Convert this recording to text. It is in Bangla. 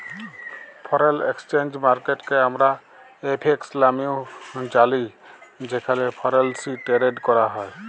ফরেল একসচেঞ্জ মার্কেটকে আমরা এফ.এক্স লামেও জালি যেখালে ফরেলসি টেরেড ক্যরা হ্যয়